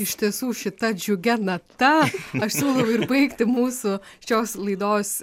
iš tiesų šita džiugia nata aš siūlau ir baigti mūsų šios laidos